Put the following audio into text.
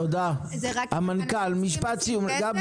זה רק אם אנשים צריכים לשים כסף?